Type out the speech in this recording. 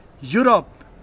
Europe